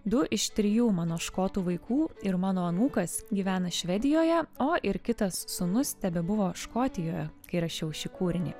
du iš trijų mano škotų vaikų ir mano anūkas gyvena švedijoje o ir kitas sūnus tebebuvo škotijoje kai rašiau šį kūrinį